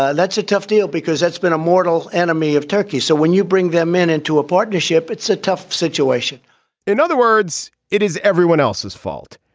that's a tough deal because that's been a mortal enemy of turkey. so when you bring them in into a partnership it's a tough situation in other words it is everyone else's fault.